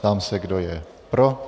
Ptám se, kdo je pro.